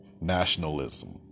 Nationalism